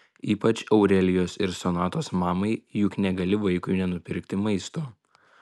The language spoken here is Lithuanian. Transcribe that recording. ypač aurelijos ir sonatos mamai juk negali vaikui nenupirkti maisto